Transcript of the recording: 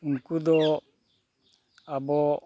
ᱩᱱᱠᱩ ᱫᱚ ᱟᱵᱚ